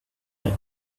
like